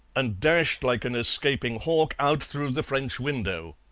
and dashed like an escaping hawk out through the french window.